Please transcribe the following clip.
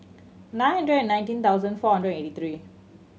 nine hundred and nineteen thousand four hundred eighty three